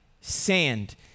sand